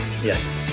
Yes